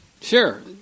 Sure